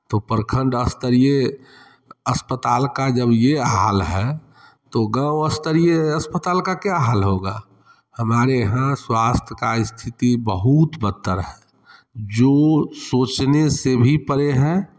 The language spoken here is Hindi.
तो प्रखंड स्तरीय अस्पताल का जब ये हाल है तो गाँव स्तरीय अस्पताल का क्या हाल होगा हमारे यहाँ स्वास्थ का स्थिति बहुत बदतर है जो सोचने से भी परे है